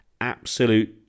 Absolute